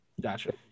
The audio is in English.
Gotcha